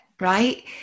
right